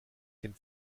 den